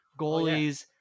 goalies